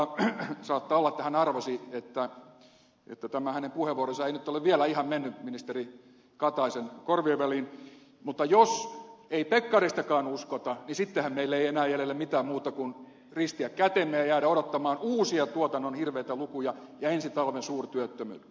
saattaa olla että hän arvasi että tämä hänen puheenvuoronsa ei nyt ole vielä ihan mennyt ministeri kataisen korvien väliin mutta jos ei pekkaristakaan uskota niin sittenhän meillä ei ole enää jäljellä mitään muuta kuin ristiä kätemme ja jäädä odottamaan uusia tuotannon hirveitä lukuja ja ensi talven suurtyöttömyyttä